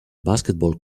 basketball